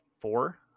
Four